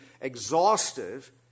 exhaustive